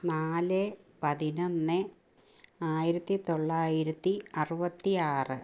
നാല് പതിനൊന്ന് ആയിരത്തി തൊള്ളായിരത്തി അറുപത്തി ആറ്